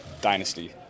Dynasty